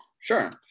Sure